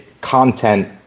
content